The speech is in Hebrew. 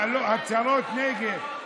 לא, הצהרות נגד.